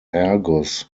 argus